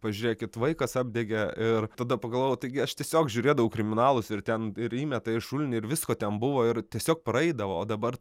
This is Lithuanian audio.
pažiūrėkit vaikas apdegė ir tada pagalvojau taigi aš tiesiog žiūrėdavau kriminalus ir ten ir įmeta į šulinį ir visko ten buvo ir tiesiog praeidavo o dabar